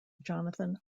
jonathan